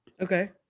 Okay